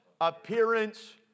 appearance